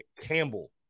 Campbell